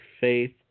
faith